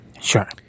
Sure